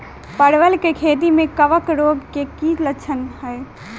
परवल केँ खेती मे कवक रोग केँ की लक्षण हाय?